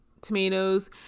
tomatoes